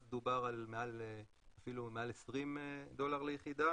אז דובר על מעל אפילו 20 דולר ליחידה